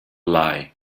lie